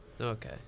Okay